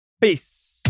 Peace